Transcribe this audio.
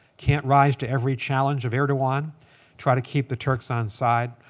can't rise to every challenge of erdogan. try to keep the turks on side.